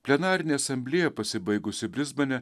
plenarinė asamblėja pasibaigusi brisbane